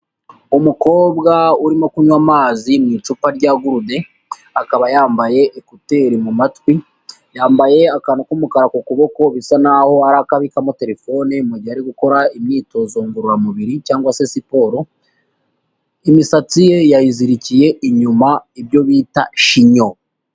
Umukobwa urimo kunywa amazi mu icupa rya gurude, akaba yambaye ekuteri mu matwi, yambaye akantu k'umukara ku kuboko bisa naho arakabikamo telefone mu gihe ari gukora imyitozo ngororamubiri cyangwa se siporo, imisatsi ye yayizirikiye inyuma ibyo bita shinyo.